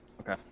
Okay